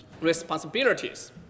responsibilities